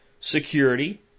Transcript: security